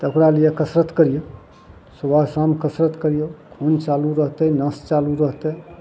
तऽ ओकरा लिये कसरत करियौ सुबह शाम कसरत करियौ खून चालू रहतय नस चालू रहतय